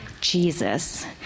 Jesus